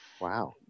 wow